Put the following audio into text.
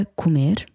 comer